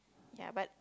yea but